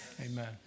Amen